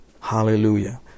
Hallelujah